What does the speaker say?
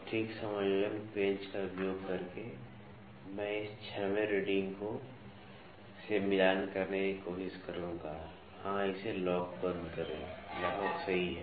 तो ठीक समायोजन पेंच का उपयोग करके मैं इस 6 वें रीडिंग से मिलान करने की कोशिश करूंगा हाँ इसे लॉक बंद करें लगभग सही